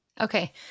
Okay